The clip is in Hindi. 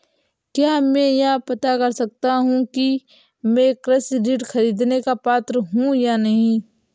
क्या मैं यह पता कर सकता हूँ कि मैं कृषि ऋण ख़रीदने का पात्र हूँ या नहीं?